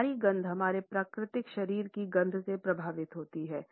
हमारी गंध हमारे प्राकृतिक शरीर की गंध से प्रभावित होती है